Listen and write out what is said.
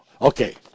Okay